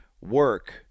work